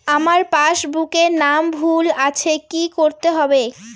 আমার পাসবুকে নাম ভুল আছে কি করতে হবে?